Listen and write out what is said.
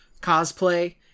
cosplay